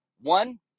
One